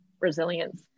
resilience